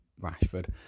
Rashford